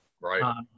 Right